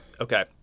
Okay